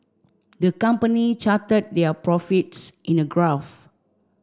the company charted their profits in a graph